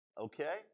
okay